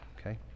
okay